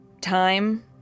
time